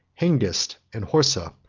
hengist and horsa,